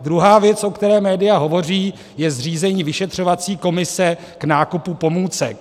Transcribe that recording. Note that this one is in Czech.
Druhá věc, o které média hovoří, je zřízení vyšetřovací komise k nákupu pomůcek.